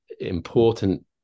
important